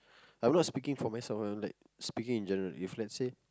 I'm not speaking for myself ah I'm like speaking in general if let's say